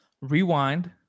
rewind